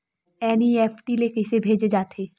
NEFT ले कइसे भेजे जाथे?